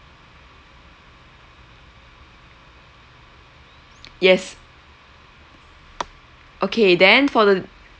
yes okay then for the